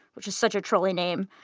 which is such a trolley name,